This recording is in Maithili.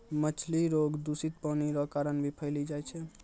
मछली रोग दूषित पानी रो कारण भी फैली जाय छै